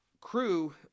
crew